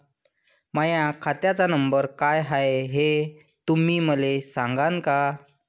माह्या खात्याचा नंबर काय हाय हे तुम्ही मले सागांन का?